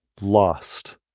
Lost